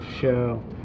Show